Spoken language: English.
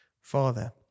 Father